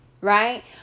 right